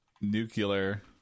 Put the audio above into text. nuclear